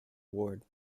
ward